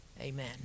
Amen